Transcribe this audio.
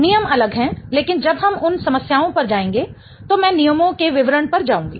नियम अलग हैं लेकिन जब हम उन समस्याओं पर जाएंगे तो मैं नियमों के विवरण पर जाऊंगी